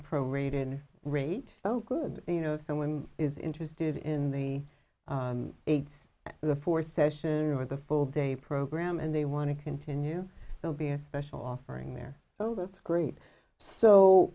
pro rated rate folk would you know if someone is interested in the aids the four session or the full day program and they want to continue they'll be a special offering there oh that's great so